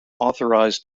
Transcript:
authorized